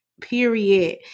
period